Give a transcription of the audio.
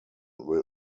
will